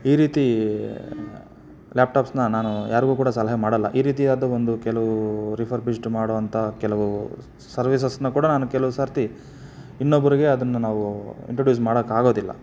ಈ ರೀತಿ ಲ್ಯಾಪ್ಟಾಪ್ಸನ್ನ ನಾನು ಯಾರಿಗು ಕೂಡ ಸಲಹೆ ಮಾಡೊಲ್ಲ ಈ ರೀತಿಯಾದ ಒಂದು ಕೆಲವು ರಿಫರ್ಬಿಶ್ಡ್ ಮಾಡುವಂಥ ಕೆಲವು ಸರ್ವೀಸಸ್ಸನ್ನ ಕೂಡ ನಾನು ಕೆಲವು ಸರ್ತಿ ಇನ್ನೊಬ್ಬರಿಗೆ ಅದನ್ನು ನಾವು ಇಂಟ್ರಡ್ಯೂಸ್ ಮಾಡೋಕ್ಕಾಗೋದಿಲ್ಲ